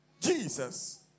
Jesus